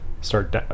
start